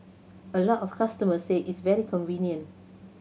a lot of customers said it's very convenient